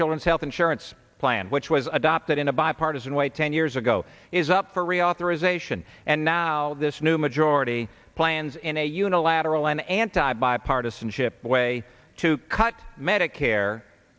children's health insurance plan which was adopted in a bipartisan way ten years ago is up for reauthorization and now this new majority plans in a unilateral anti bipartisanship way to cut medicare